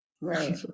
Right